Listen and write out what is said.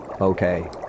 Okay